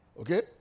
Okay